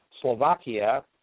Slovakia